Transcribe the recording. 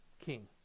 king